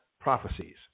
prophecies